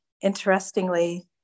interestingly